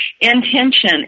intention